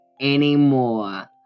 anymore